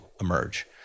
emerge